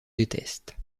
déteste